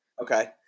Okay